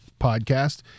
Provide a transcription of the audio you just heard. podcast